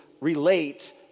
relate